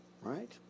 right